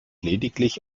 lediglich